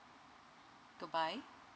goodbye